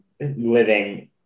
living